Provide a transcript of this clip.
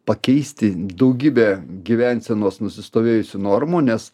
pakeisti daugybę gyvensenos nusistovėjusių normų nes